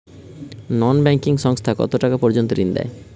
নন banking সংস্থা কতটাকা পর্যন্ত ঋণ দেয়?